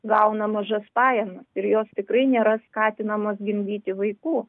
gauna mažas pajamas ir jos tikrai nėra skatinamos gimdyti vaikų